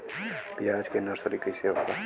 प्याज के नर्सरी कइसे होला?